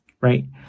right